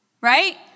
right